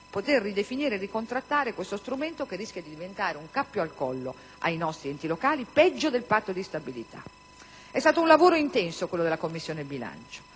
poter ridefinire e ricontrattare questo strumento che rischia di diventare un cappio al collo ai nostri enti locali peggio del Patto di stabilità. È stato un lavoro intenso quello della Commissione bilancio,